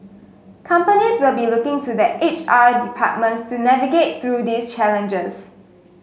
companies will be looking to their H R departments to navigate through these challenges